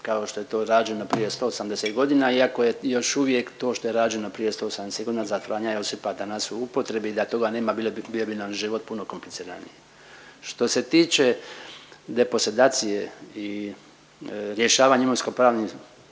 kao što je to rađeno prije 180 godina iako je još uvijek to što je rađeno prije 180 godina za Franja Josipa danas u upotrebi, da toga nema bio bi nam život puno kompliciraniji. Što se tiče deposedacije i rješavanja imovinsko pravnih